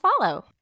follow